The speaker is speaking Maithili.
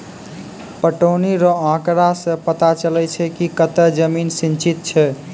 पटौनी रो आँकड़ा से पता चलै छै कि कतै जमीन सिंचित छै